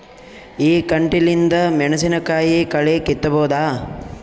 ಈ ಕಂಟಿಲಿಂದ ಮೆಣಸಿನಕಾಯಿ ಕಳಿ ಕಿತ್ತಬೋದ?